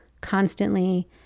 constantly